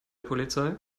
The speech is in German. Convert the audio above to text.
polizei